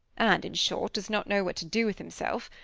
and, in short, does not know what to do with himself,